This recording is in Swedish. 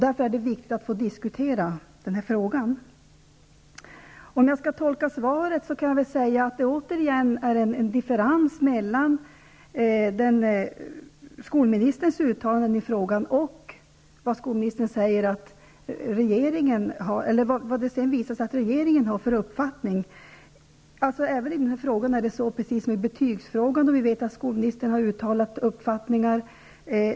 Därför är det viktigt att vi får diskutera frågan. Om jag skall tolka svaret, kan jag väl säga att det återigen är en differens mellan det skolministern uttalat i frågan och regeringens uppfattning. I denna fråga är det precis så som i fråga om betygen. Vi vet att skolministern där har uttalat sin egen uppfattning.